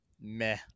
meh